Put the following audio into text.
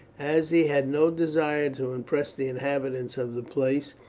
as he had no desire to impress the inhabitants of the place,